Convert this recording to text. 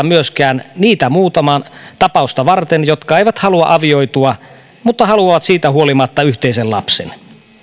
myöskään niitä muutamaa tapausta varten jotka eivät halua avioitua mutta haluavat siitä huolimatta yhteisen lapsen